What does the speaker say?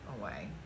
away